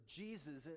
jesus